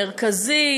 מרכזי,